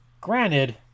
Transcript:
Granted